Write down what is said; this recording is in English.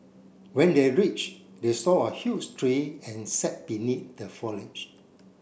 when they reached they saw a huge tree and sat beneath the foliage